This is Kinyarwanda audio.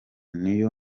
niyo